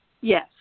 Yes